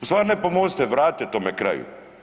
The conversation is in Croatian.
Ustvari ne pomozite, vratite tome kraju.